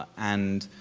and